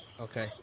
Okay